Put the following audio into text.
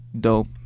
dope